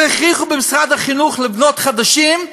והכריחו במשרד החינוך לבנות חדשים,